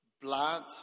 Blood